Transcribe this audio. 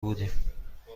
بودیم